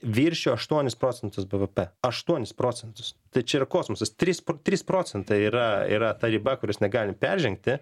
viršijo aštuonis procentus bvp aštuonis procentus tai čia yra kosmosas tris pr tris procentai yra yra ta riba kurios negali peržengti